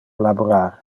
laborar